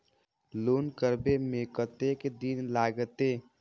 Loan करबे में कतेक दिन लागते?